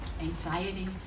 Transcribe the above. anxiety